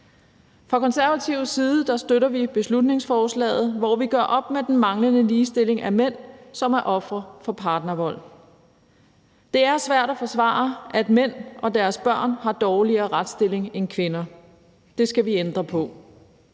Fra Konservatives side støtter vi beslutningsforslaget, hvor der gøres op med den manglende ligestilling af mænd, som er ofre for partnervold. Det er svært at forsvare, at mænd og deres børn har dårligere retsstilling end kvinder. Det skal vi ændre på.